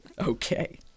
okay